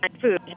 Food